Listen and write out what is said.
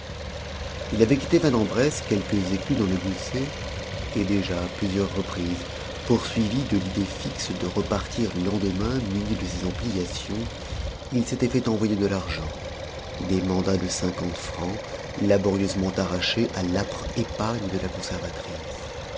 il avait quitté vanne en bresse quelques écus dans le gousset et déjà à plusieurs reprises poursuivi de l'idée fixe de repartir le lendemain muni de ses ampliations il s'était fait envoyer de l'argent des mandats de cinquante francs laborieusement arrachés à l'âpre épargne de la conservatrice